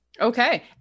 Okay